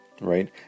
right